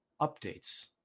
updates